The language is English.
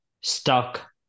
stuck